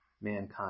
mankind